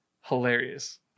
hilarious